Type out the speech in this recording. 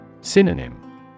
Synonym